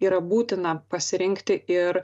yra būtina pasirinkti ir